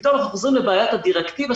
ופתאום אנחנו חוזרים לבעיית הדירקטיבה